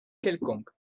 quelconque